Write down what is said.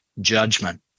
Judgment